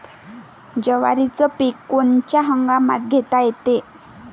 जवारीचं पीक कोनच्या हंगामात घेता येते?